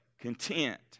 Content